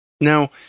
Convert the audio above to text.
Now